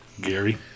Gary